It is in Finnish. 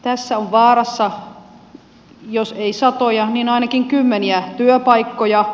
tässä on vaarassa jos ei satoja niin ainakin kymmeniä työpaikkoja